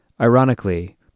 Ironically